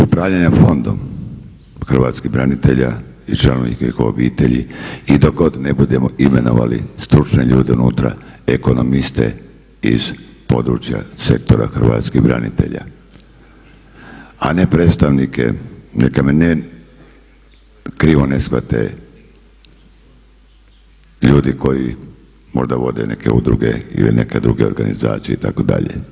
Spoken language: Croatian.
Upravljanje Fondom hrvatskih branitelja i članova njihovih obitelji i dok god ne budemo imenovali stručne ljude unutra, ekonomiste iz područja sektora Hrvatskih branitelja, a ne predstavnike, neka me krivo ne shvate ljudi koji možda vode neke udruge ili neke druge organizacije itd.